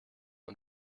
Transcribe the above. und